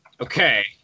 Okay